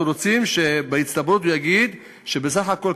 אנחנו רוצים שהוא יגיד: בסך הכול,